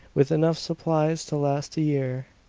with enough supplies to last a year.